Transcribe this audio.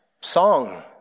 song